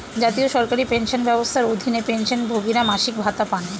জাতীয় সরকারি পেনশন ব্যবস্থার অধীনে, পেনশনভোগীরা মাসিক ভাতা পান